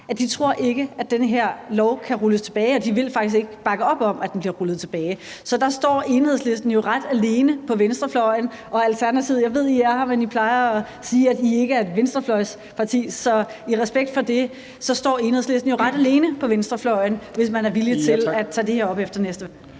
at de ikke tror, at den her lov kan rulles tilbage; de vil faktisk ikke bakke op om, at den bliver rullet tilbage. Så der står Enhedslisten jo ret alene på venstrefløjen. Til Alternativet vil jeg sige: Jeg ved, at I er her, men I plejer at sige, at I ikke er et venstrefløjsparti. Så i respekt for det står Enhedslisten jo ret alene på venstrefløjen, hvis man er villig til at tage det her op efter næste